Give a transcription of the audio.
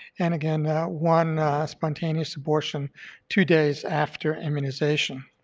and again one spontaneous abortion two days after immunization.